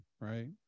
right